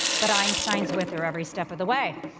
but einstein's with her every step of the way.